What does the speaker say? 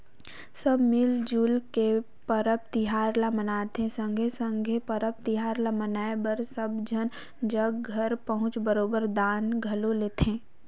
सब मिल जुइल के परब तिहार ल मनाथें संघे संघे परब तिहार ल मनाए बर सब झन जग घर पाछू बरोबेर दान घलो लेथें